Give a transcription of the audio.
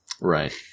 Right